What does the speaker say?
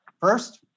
First